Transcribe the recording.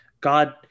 God